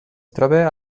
troba